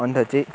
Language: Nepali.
अन्त चाहिँ